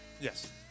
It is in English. Yes